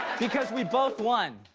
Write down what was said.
because we both won.